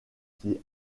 qui